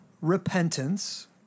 repentance